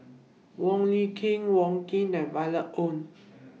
Wong Lin Ken Wong Keen and Violet Oon